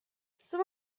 some